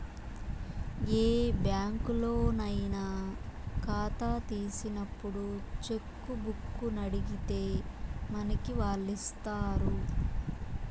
ఏ బ్యాంకులోనయినా కాతా తీసినప్పుడు చెక్కుబుక్కునడిగితే మనకి వాల్లిస్తారు